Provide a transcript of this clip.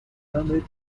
permit